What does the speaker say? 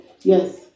Yes